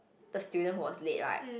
the student who was late right